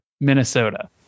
Minnesota